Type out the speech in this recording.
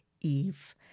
eve